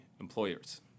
employers